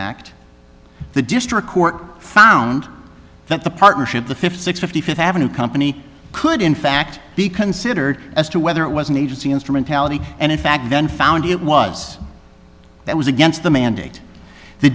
act the district court found that the partnership the fifty six fifty fifth avenue company could in fact be considered as to whether it was an agency instrumentality and in fact then found it was that was against the mandate the